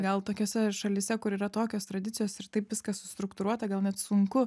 gal tokiose šalyse kur yra tokios tradicijos ir taip viskas struktūruota gal net sunku